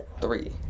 Three